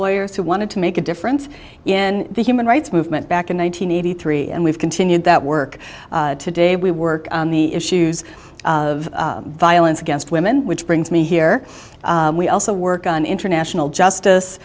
lawyers who wanted to make a difference in the human rights movement back in one nine hundred eighty three and we've continued that work today we work on the issues of violence against women which brings me here we also work on international justice